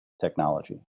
technology